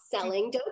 selling